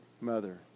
mother